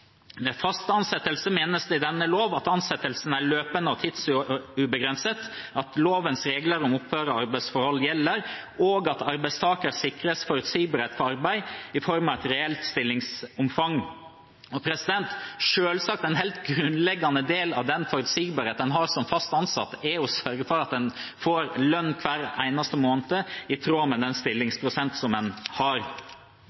fast ansettelse menes i denne lov at ansettelsen er løpende og tidsubegrenset, at lovens regler om opphør av arbeidsforhold gjelder, og at arbeidstaker sikres forutsigbarhet for arbeid i form av et reelt stillingsomfang.» Selvsagt er en helt grunnleggende del av den forutsigbarheten en har som fast ansatt, at en får lønn hver eneste måned i tråd med den